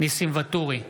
ניסים ואטורי,